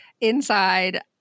Inside